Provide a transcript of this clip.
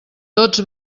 tots